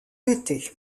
l’été